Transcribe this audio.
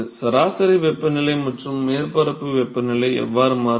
சராசரி வெப்பநிலை மற்றும் மேற்பரப்பு வெப்பநிலை x எவ்வாறு மாறுபடும்